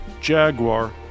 Jaguar